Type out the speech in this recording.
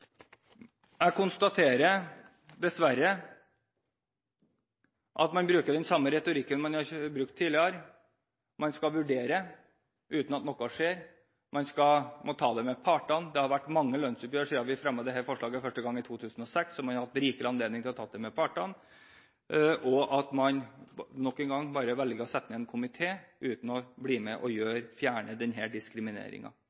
jeg konstaterer dessverre at man bruker den samme retorikken som man har brukt tidligere; man skal vurdere uten at noe skjer. Man skal ta det med partene. Det har vært mange lønnsoppgjør siden vi fremmet dette forslaget første gang i 2006, og man har hatt rimelig anledning til å ta det med partene. At man nok en gang bare velger å sette ned en komité uten å bli med på å